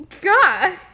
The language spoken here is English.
God